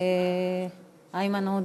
איימן עודה,